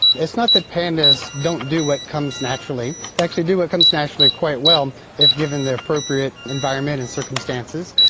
it's not that the pandas don't do what comes naturally, they actually do what comes naturally quite well if given the appropriate environment and circumstances,